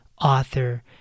author